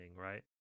right